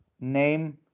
name